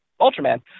ultraman